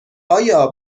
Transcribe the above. آیا